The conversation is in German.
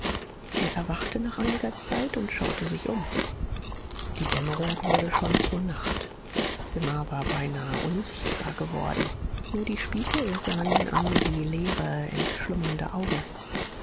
er erwachte nach einiger zeit und schaute sich um die dämmerung wurde schon zur nacht das zimmer war beinahe unsichtbar geworden nur die spiegel sahen ihn an wie leere entschlummernde augen